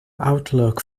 outlook